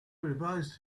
revised